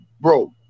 bro